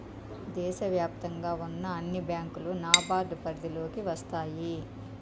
దేశ వ్యాప్తంగా ఉన్న అన్ని బ్యాంకులు నాబార్డ్ పరిధిలోకి వస్తాయి